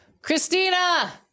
Christina